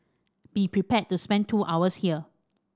be prepared to spend two hours here